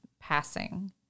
passing